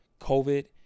COVID